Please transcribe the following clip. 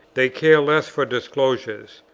they care less for disclosures.